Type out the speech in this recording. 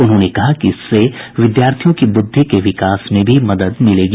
उन्होंने कहा कि इससे विद्यार्थियों की बुद्धि के विकास में भी मदद मिलेगी